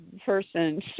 person